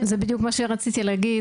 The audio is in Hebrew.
זה בדיוק מה שרציתי להגיד.